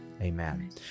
Amen